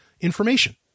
information